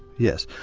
yes,